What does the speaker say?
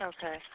Okay